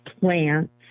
plants